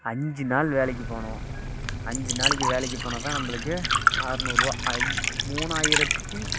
அஞ்சு நாள் வேலைக்கு போகணும் அஞ்சு நாளைக்கு வேலைக்கு போனால் தான் நம்மளுக்கு ஆறுநூறுவா ஐ மூணாயிரத்தி